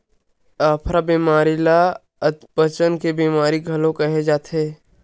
अफरा बेमारी ल अधपचन के बेमारी घलो केहे जा सकत हे